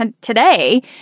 today